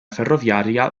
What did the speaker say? ferroviaria